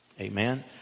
amen